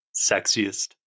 sexiest